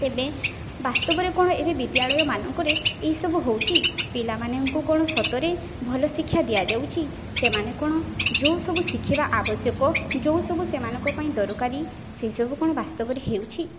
ତେବେ ବାସ୍ତବରେ କ'ଣ ବିଦ୍ୟାଳୟମାନଙ୍କରେ ଏଇ ସବୁ ହେଉଛି ପିଲାମାନଙ୍କୁ କ'ଣ ସତରେ ଭଲ ଶିକ୍ଷା ଦିଆଯାଉଛି ସେମାନେ କ'ଣ ଯେଉଁ ସବୁ ଶିଖିବା ଆବଶ୍ୟକ ଯେଉଁ ସବୁ ସେମାନଙ୍କ ପାଇଁ ଦରକାରୀ ସେ ସବୁ କ'ଣ ବାସ୍ତବରେ ହେଉଛି